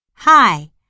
Hi